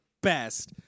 best